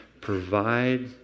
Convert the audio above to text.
provide